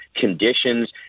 conditions